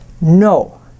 No